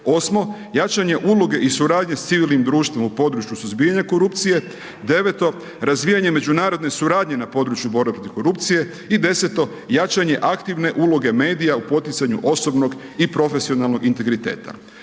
Osmo, jačanje uloge i sudnje s civilnim društvom u podruju suzbijanja korupcije, deveto razvijanje međunarodne suradnje na području borbe protiv korupcije i deseto, jačanje aktivne uloge medije u podizanju osobnog i profesionalnog integriteta.